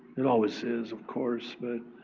it always is, of course, but